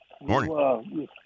Morning